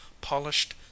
polished